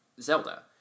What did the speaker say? Zelda